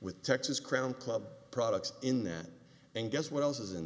with texas crown club products in that and guess what else is in